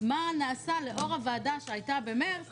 מה נעשה לאור הוועדה שהייתה במארס